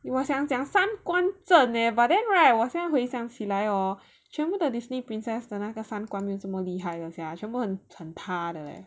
我想讲 leh but then right 我现在回想起来 hor 全部的 Disney princess 的那个没有这么厉害的 sia 全部很趴的嘞